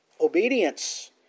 obedience